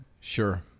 Sure